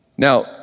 Now